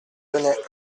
tenay